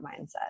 mindset